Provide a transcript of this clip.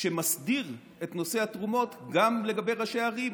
שמסדיר את נושא התרומות גם לגבי ראשי הערים